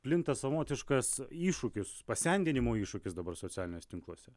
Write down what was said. plinta savotiškas iššūkis pasendinimo iššūkis dabar socialiniuose tinkluose